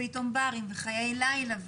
ופתאום בארים וחיי לילה,